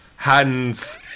Hands